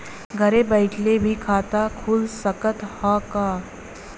घरे बइठले भी खाता खुल सकत ह का?